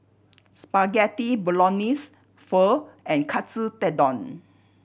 Spaghetti Bolognese Pho and Katsu Tendon